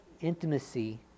intimacy